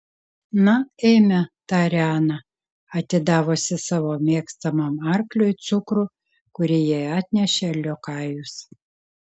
na eime tarė ana atidavusi savo mėgstamam arkliui cukrų kurį jai atnešė liokajus